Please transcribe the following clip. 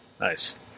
Nice